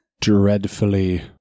dreadfully